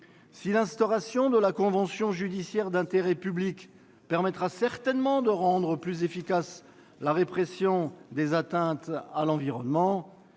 Si l'instauration de la convention judiciaire d'intérêt public permettra certainement de rendre plus efficace la répression des atteintes à l'environnement,